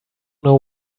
know